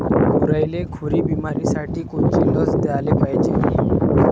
गुरांइले खुरी बिमारीसाठी कोनची लस द्याले पायजे?